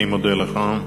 אני מודה לך.